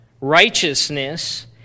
righteousness